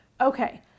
Okay